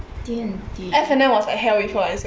D&T